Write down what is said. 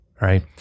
right